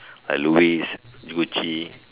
like Louis Gucci